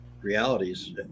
realities